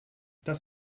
das